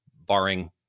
barring